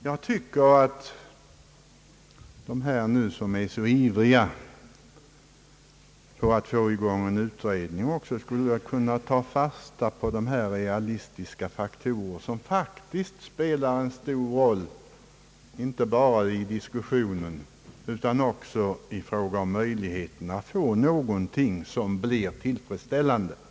Jag tycker att de som nu är så ivriga att få i gång en utredning skulle kunna ta fasta på dessa realistiska faktorer som spelar en stor roll inte bara i diskussionen, utan också i fråga om möjligheterna att få en tillfredsställande pension.